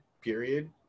period